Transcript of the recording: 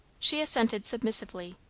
she assented submissively,